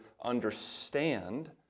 understand